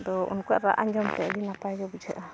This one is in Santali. ᱟᱫᱚ ᱩᱱᱠᱩᱣᱟᱜ ᱨᱟᱜ ᱟᱸᱡᱚᱢ ᱛᱮ ᱟᱹᱰᱤ ᱱᱟᱯᱟᱭ ᱜᱮ ᱵᱩᱡᱷᱟᱹᱜᱼᱟ